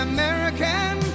American